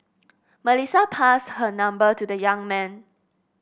Melissa passed her number to the young man